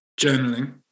journaling